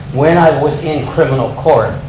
when i was in criminal court,